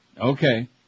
Okay